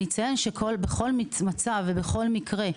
אני אציין שבכל מצב ובכל מקרה,